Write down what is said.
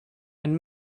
and